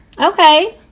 okay